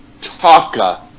taka